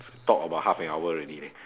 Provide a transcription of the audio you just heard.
talk about half an hour already leh